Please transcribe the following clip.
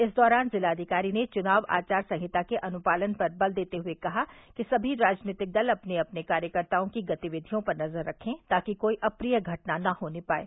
इस दौरान ज़िलाधिकारी ने चुनाव आचार संहिता के अनुपालन पर बल देते हुए कहा कि सभी राजनीतिक दल अपने अपने कार्यकर्ताओं की गतिविधियों पर नज़र रखे ताकि कोई अप्रिय घटना न होने पायें